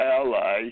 ally